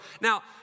Now